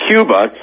Cuba